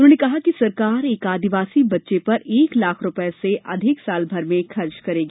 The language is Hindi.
उन्होंने कहा कि सरकार एक आदिवासी बच्चे पर एक लाख रूपये से अधिक साल भर में खर्च करेगी